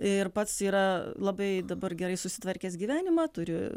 ir pats yra labai dabar gerai susitvarkęs gyvenimą turi